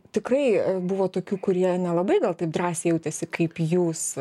tikrai buvo tokių kurie nelabai gal taip drąsiai jautėsi kaip jūs